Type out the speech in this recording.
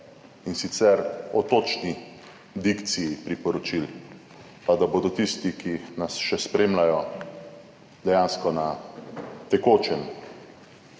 in sicer, o točni dikciji priporočil, pa da bodo tisti, ki nas še spremljajo, dejansko na tekočem.